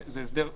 זה הסדר קצר.